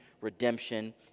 redemption